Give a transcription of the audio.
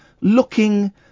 looking